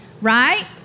Right